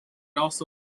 also